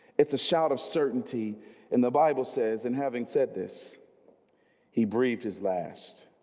it's a shout of certainty in the bible says and having said this he breathed his last